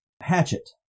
Hatchet